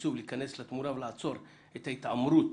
ולתקצוב להיכנס לתמונה ולעצור את ההתעמרות